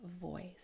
voice